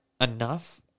enough